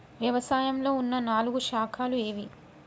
వ్యవసాయంలో ఉన్న నాలుగు శాఖలు ఏవి?